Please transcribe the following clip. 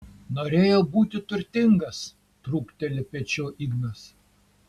norėjau būti turtingas trūkteli pečiu ignas